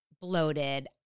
bloated